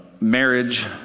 marriage